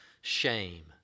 shame